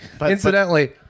Incidentally